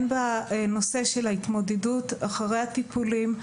אם בנושא של ההתמודדות אחרי הטיפולים,